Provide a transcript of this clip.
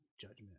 judgment